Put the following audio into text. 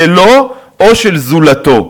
שלו או של זולתו".